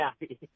happy